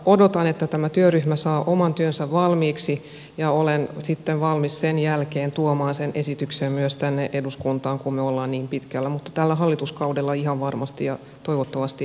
odotan että tämä työryhmä saa oman työnsä valmiiksi ja olen sitten valmis sen jälkeen tuomaan sen esityksen myös tänne eduskuntaan kun me olemme niin pitkällä mutta tällä hallituskaudella ihan varmasti ja toivottavasti ensi vuonna